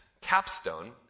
capstone